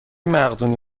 مقدونی